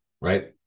right